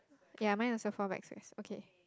ya mine also fall back so it's okay